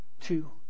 two